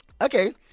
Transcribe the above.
okay